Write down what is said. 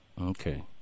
Okay